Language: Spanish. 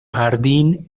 jardín